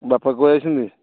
ବାପା କୁଆଡ଼େ ଯାଇଛନ୍ତି